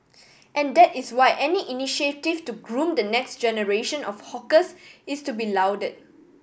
and that is why any initiative to groom the next generation of hawkers is to be lauded